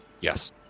yes